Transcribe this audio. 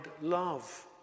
love